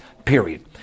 period